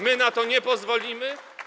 My na to nie pozwolimy.